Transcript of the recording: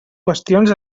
qüestions